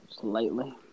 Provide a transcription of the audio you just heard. Slightly